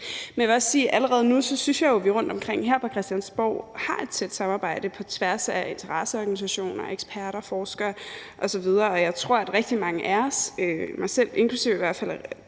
Men jeg vil også sige, at allerede nu synes jeg jo, at vi her rundtomkring på Christiansborg har et tæt samarbejde på tværs af interesseorganisationer, eksperter, forskere osv., og jeg tror, at rigtig mange af os, mig selv inklusive i hvert fald,